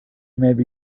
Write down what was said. maybe